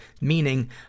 Meaning